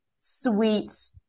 sweet